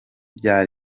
bya